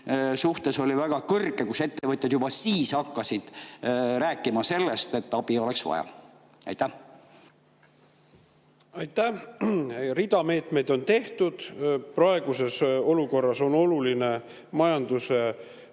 elektril oli väga kõrge, ettevõtjad juba siis hakkasid rääkima sellest, et abi oleks vaja. Aitäh! Rida meetmeid on tehtud. Praeguses olukorras on oluline majanduse